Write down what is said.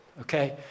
okay